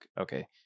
okay